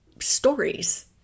stories